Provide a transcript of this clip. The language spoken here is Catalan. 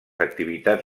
activitats